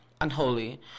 Unholy